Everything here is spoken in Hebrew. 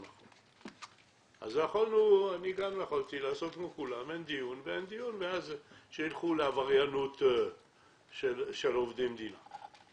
יכולתי לעשות כמו כולם: אין דיון ושילכו ל"עבריינות" של עובדי מדינה.